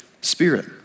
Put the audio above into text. spirit